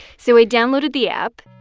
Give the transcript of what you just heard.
so i downloaded the app,